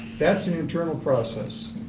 that's an internal process.